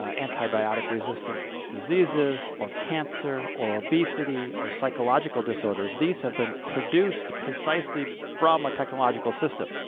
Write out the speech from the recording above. ah antibiotic-resistant diseases or cancer or obesity or psychological disorders, these have been produced precisely from a technological system,